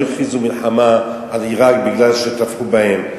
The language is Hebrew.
לא הכריזו מלחמה על עירק משום שטבחו בהם,